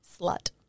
Slut